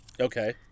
Okay